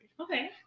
okay